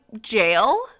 jail